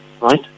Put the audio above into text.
right